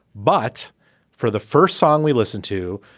but for the first song we listen to,